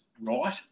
right